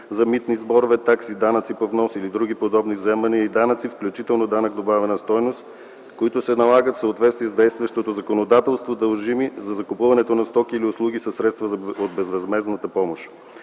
за митни сборове, такси, данъци по внос или други подобни вземания и данъци, включително данък добавена стойност, които се налагат в съответствие с действащото законодателство, дължими за закупуването на стоки или услуги със средства от безвъзмездната помощ.